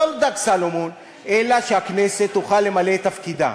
לא דג סלמון, אלא שהכנסת תוכל למלא את תפקידה.